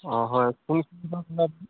অঁ হয় কোনখিনিৰপৰা ক'লে আপুনি